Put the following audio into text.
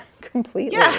completely